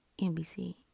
NBC